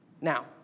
Now